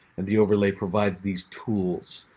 and the overlay provides these tools.